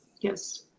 Yes